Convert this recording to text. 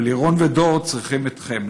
אבל לירון ודור צריכים אתכם.